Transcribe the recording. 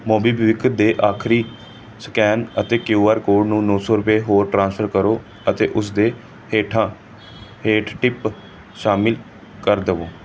ਮੋਬੀਬਵਿਕ ਦੇ ਆਖਰੀ ਸਕੈਨ ਅਤੇ ਕਉ ਐਰ ਕੋਡ ਨੂੰ ਨੌਂ ਸੌ ਰੁਪਏ ਹੋਰ ਟ੍ਰਾਂਸਫਰ ਕਰੋ ਅਤੇ ਉਸ ਦੇ ਹੇਠਾਂ ਹੇਠ ਟਿਪ ਸ਼ਾਮਲ ਕਰ ਦੇਵੋ